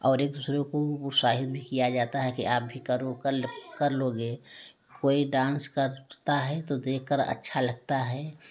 और एक दूसरे को उत्साहित भी किया जाता है कि आप भी करो कल कर लोगे कोई डांस करता है तो देख कर अच्छा लगता है